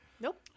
Nope